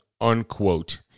unquote